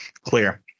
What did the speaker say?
clear